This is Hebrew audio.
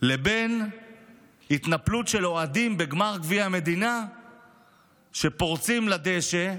לבין התנפלות של אוהדים בגמר גביע המדינה שפורצים לדשא,